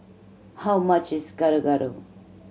how much is Gado Gado